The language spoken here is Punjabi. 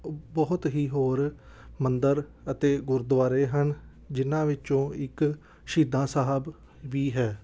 ਬਹੁਤ ਹੀ ਹੋਰ ਮੰਦਿਰ ਅਤੇ ਗੁਰਦੁਆਰੇ ਹਨ ਜਿਨ੍ਹਾਂ ਵਿੱਚੋਂ ਇੱਕ ਸ਼ਹੀਦਾਂ ਸਾਹਿਬ ਵੀ ਹੈ